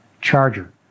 charger